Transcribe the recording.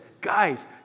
guys